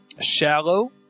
shallow